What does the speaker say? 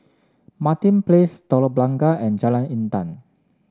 Martin Place Telok Blangah and Jalan Intan